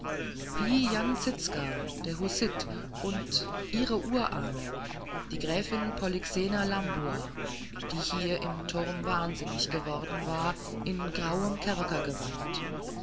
wie jan zizka der hussit und ihre urahne die gräfin polyxena lambua die hier im turm wahnsinnig geworden war in grauem